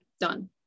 done